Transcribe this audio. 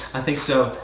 i think so.